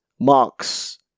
Marx